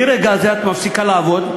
שמרגע זה את מפסיקה לעבוד.